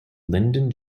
lyndon